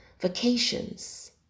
vacations